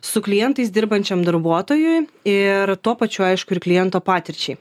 su klientais dirbančiam darbuotojui ir tuo pačiu aišku ir kliento patirčiai